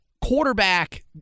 quarterback